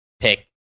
pick